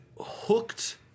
hooked